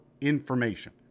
information